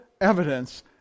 evidence